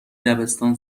دبستان